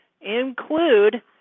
include